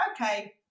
okay